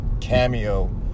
cameo